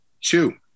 two